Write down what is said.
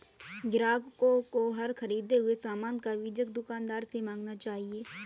ग्राहकों को हर ख़रीदे हुए सामान का बीजक दुकानदार से मांगना चाहिए